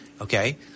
Okay